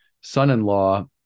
son-in-law